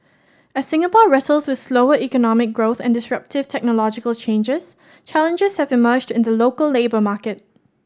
as Singapore wrestles with slower economic growth and disruptive technological changes challenges have emerged in the local labour market